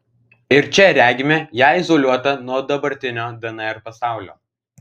ir čia regime ją izoliuotą nuo dabartinio dnr pasaulio